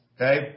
Okay